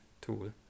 tool